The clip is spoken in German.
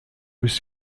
bis